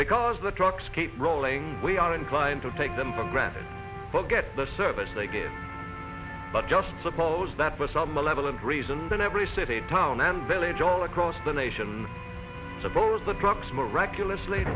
because the trucks keep rolling we are inclined to take them for granted forget the service they give but just suppose that for some malevolent reason in every city town and village all across the nation suppose the clocks miraculously